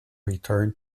return